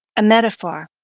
a metaphor,